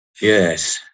Yes